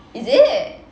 is it